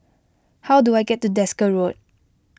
how do I get to Desker Road